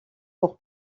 pour